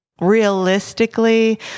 Realistically